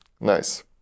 Nice